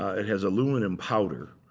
it has aluminum powder.